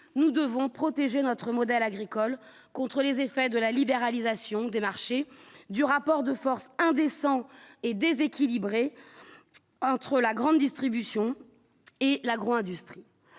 nous devons protéger notre modèle agricole contre les effets de la libéralisation des marchés du rapport de force indécent et déséquilibrée entre la grande distribution et l'agro-industrie,